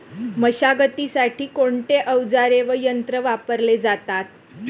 मशागतीसाठी कोणते अवजारे व यंत्र वापरले जातात?